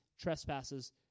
trespasses